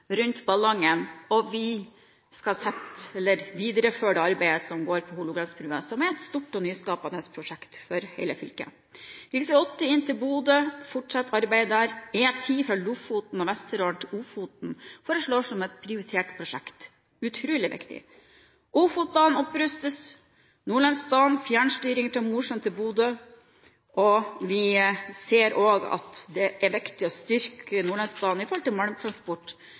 rundt Ballangen, og vi skal videreføre det arbeidet som foregår på Hålogalandsbrua, som er et stort og nyskapende prosjekt for hele fylket. Arbeidet med rv. 80 inn til Bodø fortsetter. E10 fra Lofoten og Vesterålen til Ofoten foreslås som et prioritert prosjekt. Det er utrolig viktig. Ofotbanen opprustes, Nordlandsbanen får fjernstyring fra Mosjøen til Bodø. Vi ser også at det er viktig å styrke Nordlandsbanen når det gjelder malmtransport,